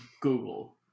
Google